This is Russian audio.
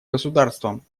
государствам